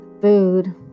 food